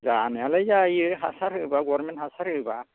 जानायालाय जायो हासार होब्ला गभर्नमेन्ट हासार होब्ला